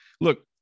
look